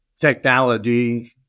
Technology